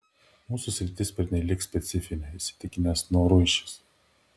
mūsų sritis pernelyg specifinė įsitikinęs noruišis